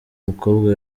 mukobwa